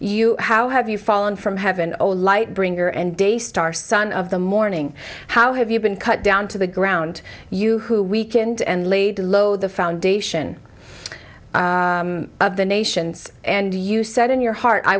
you how have you fallen from heaven old light bringer and day star son of the morning how have you been cut down to the ground you who weakened and laid low the foundation of the nations and you said in your heart i